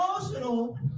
emotional